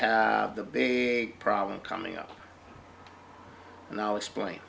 have the big problem coming up now explain